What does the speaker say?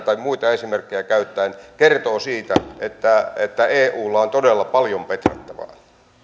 tai muita esimerkkejä käyttäen kertoo siitä että että eulla on todella paljon petrattavaa